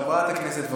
חברת הכנסת וולדיגר,